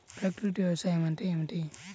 ప్రకృతి వ్యవసాయం అంటే ఏమిటి?